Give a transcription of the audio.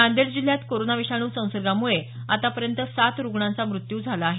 नांदेड जिल्ह्यात कोरोनाविषाणू संसर्गामुळे आता पर्यंत सात रुग्णांचा मृत्यू झाला आहे